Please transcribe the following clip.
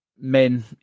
men